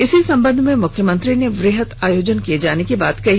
इसी संदर्भ में मुख्यमंत्री ने वृहत आयोजन किए जाने की बात कही